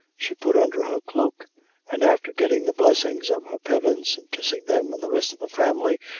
she put under her cloak and after getting the blessings of her parents, and kissing them and the rest of the family,